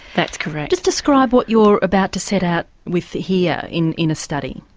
that's correct. just describe what you're about to set out with here in in a study.